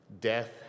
Death